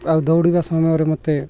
ଆଉ ଦୌଡ଼ିବା ସମୟରେ ମୋତେ